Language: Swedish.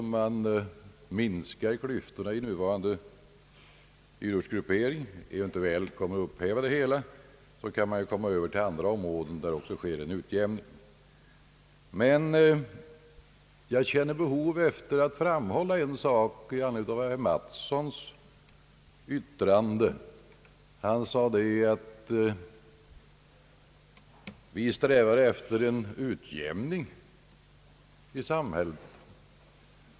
I den mån som klyftorna i nuvarande dyrortsgruppering minskas eller eventuellt upphävs kan man komma över på andra områden där det också sker en utjämning. Men med anledning av herr Mattssons yttrande känner jag behov av att fram hålla en sak. Han sade att vi strävar efter en utjämning i samhället.